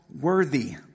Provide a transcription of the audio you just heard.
worthy